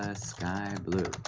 ah sky blue?